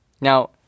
Now